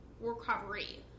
recovery